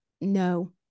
no